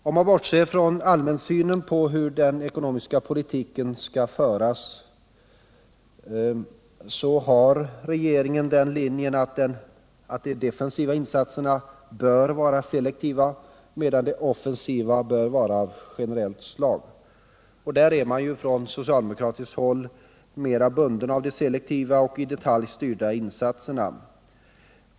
Om vi bortser från den allmänna synen på hur den ekonomiska politiken skall föras, så följer regeringen den linjen att de defensiva insatserna bör vara selektiva, medan de offensiva bör vara av generellt slag. På socialdemokratiskt håll är man ju mera bunden av de selektiva och i detalj styrda insatserna.